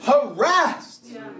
harassed